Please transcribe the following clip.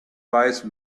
wise